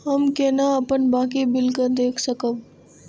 हम केना अपन बाकी बिल के देख सकब?